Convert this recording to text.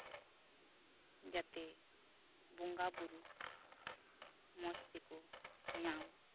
ᱡᱟᱛᱮ ᱵᱚᱸᱜᱟ ᱵᱩᱨᱩ ᱢᱚᱸᱡᱽ ᱛᱮᱠᱚ ᱧᱟᱢ